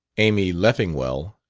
amy leffingwell,